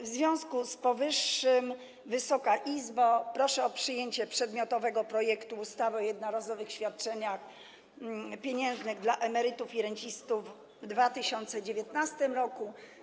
W związku z powyższym, Wysoka Izbo, proszę o przyjęcie przedmiotowego projektu ustawy o jednorazowym świadczeniu pieniężnym dla emerytów i rencistów w 2019 r.